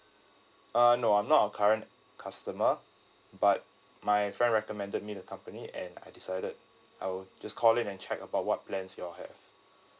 uh no I'm not a current customer but my friend recommended me the company and I decided I will just call in and check about what plans you all have